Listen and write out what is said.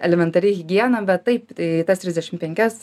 elementari higiena bet taip tai tas trisdešimt penkias